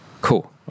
Cool